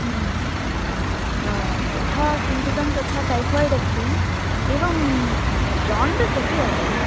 ह्म् यथा चिन्तितं तथा टैफ़ैड् अस्ति एवं जान्डिस् अपि अस्ति